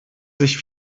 sich